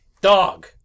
dog